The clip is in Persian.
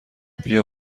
بیا